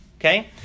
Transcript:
Okay